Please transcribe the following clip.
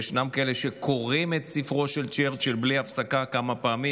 כאלה שקוראים את ספרו של צ'רצ'יל בלי הפסקה כמה פעמים,